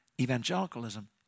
evangelicalism